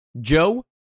Joe